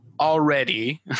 already